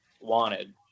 wanted